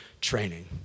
training